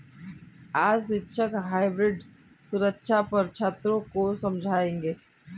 आज शिक्षक हाइब्रिड सुरक्षा पर छात्रों को समझाएँगे